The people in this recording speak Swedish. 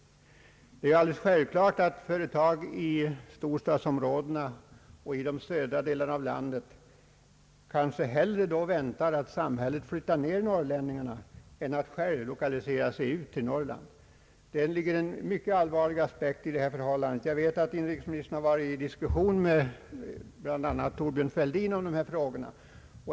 Det är alldeles självklart att företag i storstadsområdena och i de södra delarna av landet hellre väntar på att samhället flyttar ner norrlänningarna än att själva lokalisera sig till Norrland. Det ligger en mycket allvarlig aspekt i det förhållandet. Jag vet att inrikesministern bl.a. har diskuterat detta med Thorbjörn Fälldin.